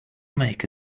make